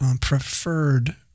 preferred